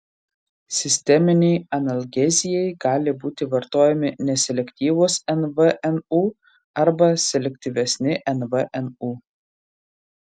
sisteminei analgezijai gali būti vartojami neselektyvūs nvnu arba selektyvesni nvnu